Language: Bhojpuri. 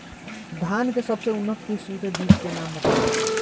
धान के सबसे उन्नत किस्म के बिज के नाम बताई?